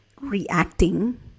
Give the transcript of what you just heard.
reacting